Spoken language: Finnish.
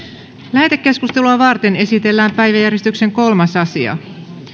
lähetekeskustelua varten esitellään päiväjärjestyksen kolmas asia